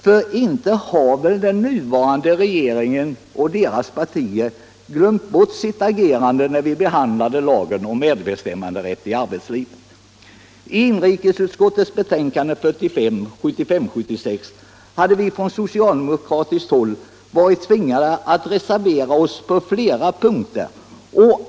För inte har väl den nuvarande regeringen glömt sitt agerande när vi behandlade lagen om medbestämmande i arbetslivet? I inrikesutskottets betänkande 1975/76:45 hade vi från socialdemokratiskt håll varit tvingade att reservera oss på flera punkter.